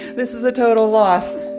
this is a total loss